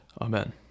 Amen